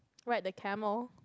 ride the camel